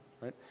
right